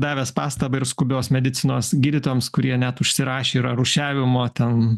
davęs pastabą ir skubios medicinos gydytojams kurie net užsirašę yra rūšiavimo ten